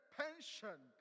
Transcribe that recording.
pension